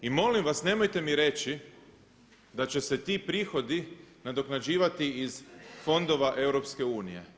I molim vas nemojte mi reći da će se ti prihodi nadoknađivati iz fondova EU.